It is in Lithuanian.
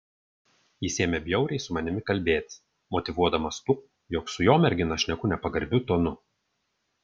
jis ėmė bjauriai su manimi kalbėtis motyvuodamas tuo jog su jo mergina šneku nepagarbiu tonu